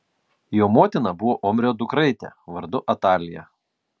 jo motina buvo omrio dukraitė vardu atalija